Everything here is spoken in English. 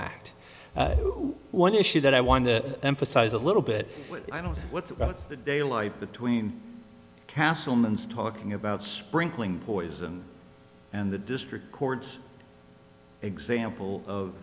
act one issue that i want to emphasize a little bit i don't know what's the daylight between castle means talking about sprinkling poison and the district courts example of